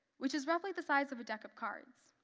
which is roughly the size of a deck of cards.